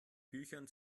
büchern